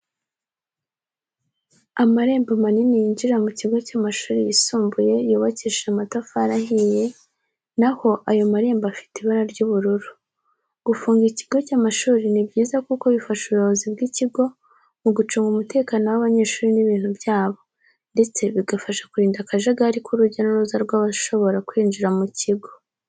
Amarembo manini yinjira mu kigo cy'amashuri yisumbuye yubakishije amatafari ahiye, na ho ayo marembo afite ibara ry'ubururu. Gufunga ikigo cy'amashuri ni byiza kuko bifasha ubuyobozi bw'ikigo mu gucunga umutekano w'abanyeshuri n'ibintu byabo, ndetse bigafasha kurinda akajagari k'urujya n'uruza rw'abashobora kwinjira mu kigo.